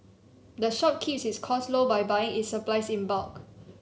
the shop keeps its costs low by buying its supplies in bulk